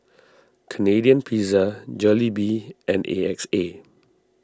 Canadian Pizza Jollibee and A X A